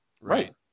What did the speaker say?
Right